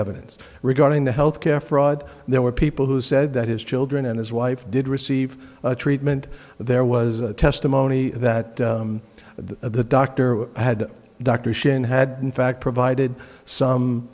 evidence regarding the health care fraud there were people who said that his children and his wife did receive treatment there was a testimony that the doctor had dr sharon had in fact provided some